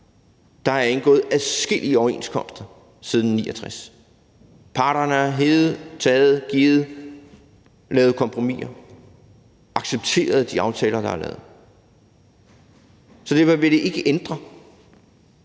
Der er indgået adskillige overenskomster siden 1969. Parterne har hevet, taget, givet, lavet kompromiser, accepteret de aftaler, der er lavet. Så derfor ville det ikke ændre